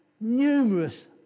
numerous